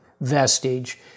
vestige